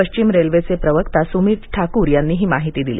पश्चिम रेल्वेचे प्रवक्ता सुमित ठाकूर यांनी ही माहिती दिली